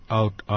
out